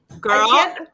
girl